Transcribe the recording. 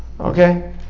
Okay